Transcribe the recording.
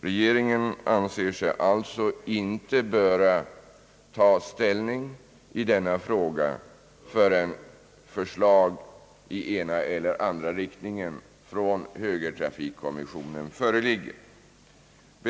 Regeringen anser sig alltså inte böra ta ställning till denna fråga förrän förslag i ena eller andra riktningen från högertrafikkommissionen föreligger.